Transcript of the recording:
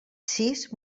sis